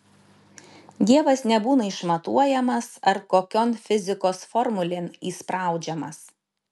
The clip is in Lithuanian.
dievas nebūna išmatuojamas ar kokion fizikos formulėn įspraudžiamas